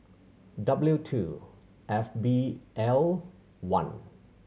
W two F B L one